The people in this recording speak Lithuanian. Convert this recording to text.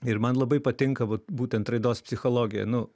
ir man labai patinka vat būtent raidos psichologija nu